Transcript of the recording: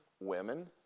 women